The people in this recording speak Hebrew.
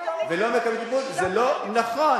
ולא מקבלים טיפול, זה לא נכון.